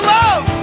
love